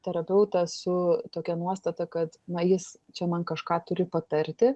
terapeutą su tokia nuostata kad na jis čia man kažką turi patarti